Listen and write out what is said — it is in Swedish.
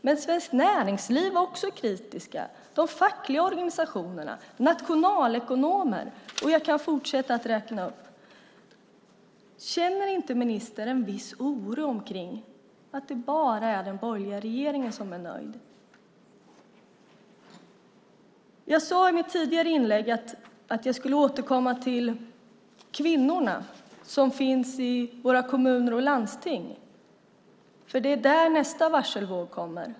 Men Svenskt Näringsliv var också kritiska, de fackliga organisationerna och nationalekonomerna likaså, och jag kan fortsätta uppräkningen. Känner inte ministern en viss oro beträffande att det bara är den borgerliga regeringen som är nöjd? Jag sade i mitt tidigare inlägg att jag skulle återkomma till de kvinnor som finns i våra kommuner och landsting, för det är där nästa varselvåg kommer.